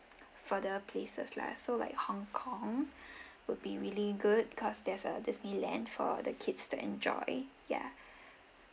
further places lah so like Hong-Kong would be really good cause there's a disneyland for the kids to enjoy yeah